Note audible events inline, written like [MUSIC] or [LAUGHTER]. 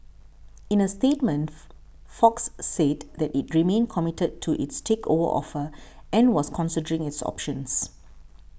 in a statement [NOISE] Fox said that it remained committed to its takeover offer and was considering its options